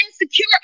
insecure